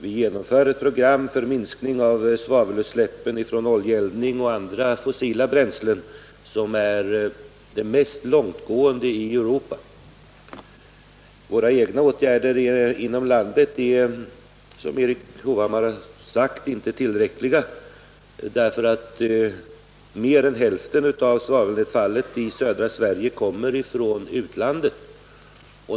Vi genomför det mest långtgående programmet i Europa för minskning av svavelutsläppen vid eldning med olja och andra fossila bränslen. Våra åtgärder inom landet är, som Erik Hovhammar sade, inte tillräckliga, därför att mer än hälften av svavelnedfallet i södra Sverige kommer från utlandet.